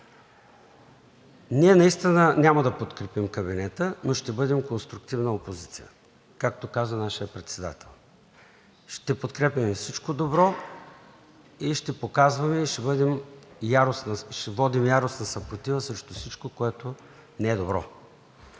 Ние наистина няма да подкрепим кабинета. Но ще бъдем конструктивна опозиция, както каза нашият председател, ще подкрепяме всичко добро и ще водим яростна съпротива срещу всичко, което не е добро.